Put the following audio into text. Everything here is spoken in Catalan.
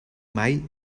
mai